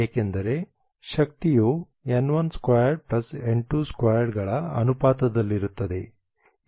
ಏಕೆಂದರೆ ಶಕ್ತಿಯು n12 n22 ಗಳ ಅನುಪಾತದಲ್ಲಿರುತ್ತದೆ